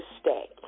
stay